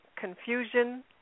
confusion